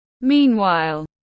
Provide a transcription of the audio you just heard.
Meanwhile